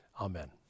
Amen